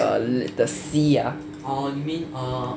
err the the sea uh